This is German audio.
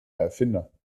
erfinder